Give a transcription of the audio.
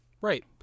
Right